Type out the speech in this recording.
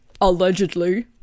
allegedly